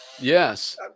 Yes